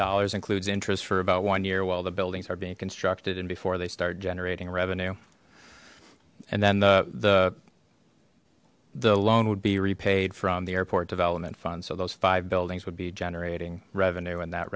dollars includes interest for about one year while the buildings are being constructed and before they start generating revenue and then the the the loan would be repaid from the airport development fund so those five buildings would be generating revenue and that